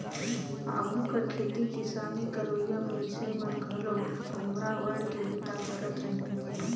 आघु कर खेती किसानी करोइया मइनसे मन घलो खोम्हरा ओएढ़ के बूता करत रहिन